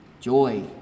joy